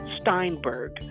Steinberg